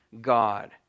God